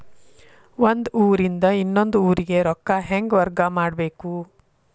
ಒಂದ್ ಊರಿಂದ ಇನ್ನೊಂದ ಊರಿಗೆ ರೊಕ್ಕಾ ಹೆಂಗ್ ವರ್ಗಾ ಮಾಡ್ಬೇಕು?